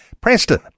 Preston